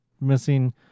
missing